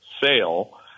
sale